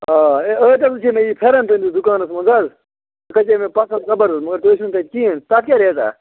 آ اے ٲدۍ حظ وُچھے مےٚ یہِ پھٮ۪رَن تُہٕنٛدِس دُکانَس منٛز حظ یہِ کھژے مےٚ پَسَنٛد زَبَردست مگر تُہۍ ٲسوٕ نہٕ تَتہِ کِہیٖنٛۍ تَتھ کیٛاہ ریٹَاہ